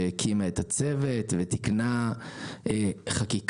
שהקימה את הצוות ותיקנה חקיקה,